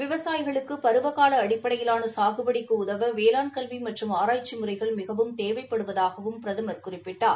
விவசாயிகளுக்கு பருவகால அடிப்படையிலாள சாகுபடிக்கு உதவ வேளாண் கல்வி மற்றும் ஆராய்ச்சி முறைகள் மிகவும் தேவைப்படுவதாகவும் பிரதமர் குறிப்பிட்டார்